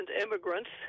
immigrants